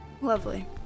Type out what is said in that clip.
Lovely